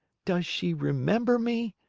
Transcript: does she remember me?